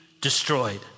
destroyed